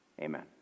Amen